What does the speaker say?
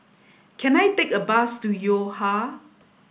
can I take a bus to Yo Ha